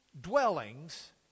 dwellings